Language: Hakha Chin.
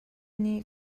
nih